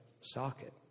socket